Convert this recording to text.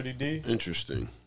Interesting